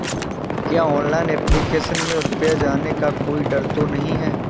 क्या online application में रुपया जाने का कोई डर तो नही है?